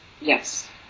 yes